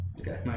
Okay